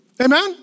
amen